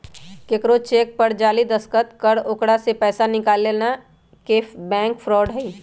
केकरो चेक पर जाली दस्तखत कर ओकरा से पैसा निकालना के बैंक फ्रॉड हई